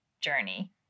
journey